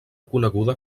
coneguda